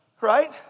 Right